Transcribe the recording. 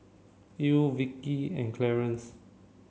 Ell Vickey and Clarence